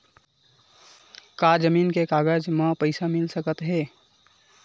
का जमीन के कागज म पईसा मिल सकत हे?